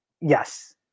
Yes